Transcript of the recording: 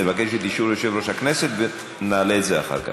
נבקש את אישור יושב-ראש הכנסת ונעלה את זה אחר כך.